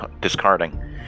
Discarding